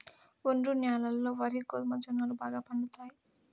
ఒండ్రు న్యాలల్లో వరి, గోధుమ, జొన్నలు బాగా పండుతాయి